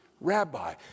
rabbi